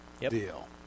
deal